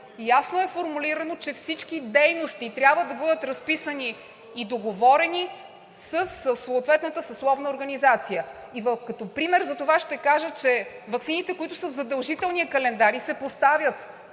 ясно е формулирано, че всички дейности трябва да бъдат разписани и договорени със съответната съсловна организация. Като пример за това ще Ви кажа, че ваксините, които са в задължителния календар, се поставят